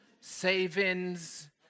savings